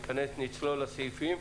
ונצלול לסעיפים.